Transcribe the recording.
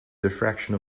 diffraction